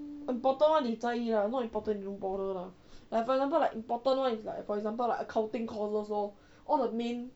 important [one] is 在意 lah not important [one] don't bother lah like example like important [one] is like for example like accounting courses lor all the main